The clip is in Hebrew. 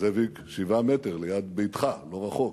זאביק, 7 מטרים, ליד ביתך, לא רחוק,